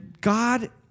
God